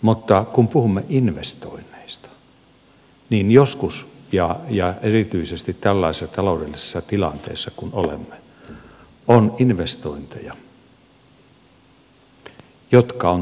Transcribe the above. mutta kun puhumme investoinneista niin joskus ja erityisesti tällaisessa taloudellisessa tilanteessa kuin olemme on investointeja jotka on toteutettava